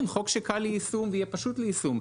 כן, חוק שקל ליישום ויהיה פשוט ליישום.